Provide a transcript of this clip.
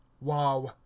Wow